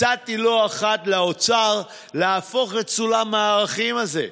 הצעתי לאוצר לא אחת להפוך את סולם הערכים הזה,